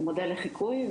הוא מודל לחיקוי.